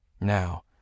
Now